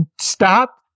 stop